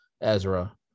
Ezra